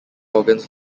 organs